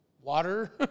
water